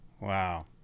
Wow